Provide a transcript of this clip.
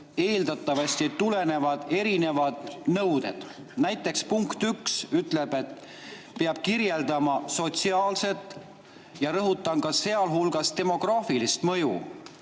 eeldatavasti tulenevad erinevad [mõjud]. Näiteks punkt 1 ütleb, et peab kirjeldama sotsiaalset ja, rõhutan, sealhulgas demograafilist mõju.